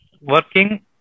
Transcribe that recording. working